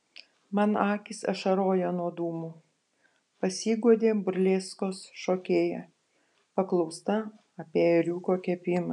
man akys ašaroja nuo dūmų pasiguodė burleskos šokėja paklausta apie ėriuko kepimą